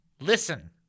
Listen